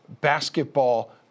basketball